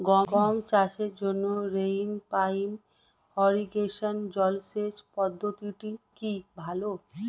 গম চাষের জন্য রেইন পাইপ ইরিগেশন জলসেচ পদ্ধতিটি কি ভালো?